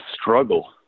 struggle